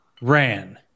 Ran